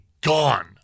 gone